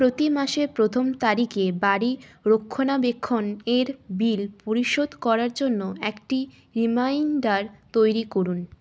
প্রতি মাসে প্রথম তারিখে বাড়ি রক্ষণাবেক্ষণের বিল পরিশোধ করার জন্য একটি রিমাইন্ডার তৈরি করুন